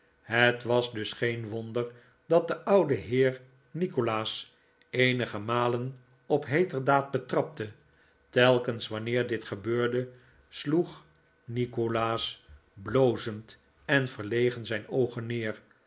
het was dus geen wonder dat de oude heer nikolaas eenige malen op heeterdaad betrapte telkens wanneer dit gebeurde sloeg nikolaas blozend en verlegen zijn oogen neer